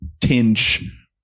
tinge